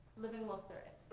living los sures.